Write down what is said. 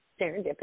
Serendipity